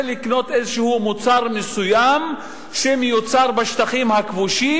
לקנות איזשהו מוצר מסוים שמיוצר בשטחים הכבושים,